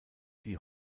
die